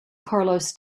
carlos